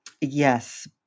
Yes